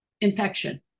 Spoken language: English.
infection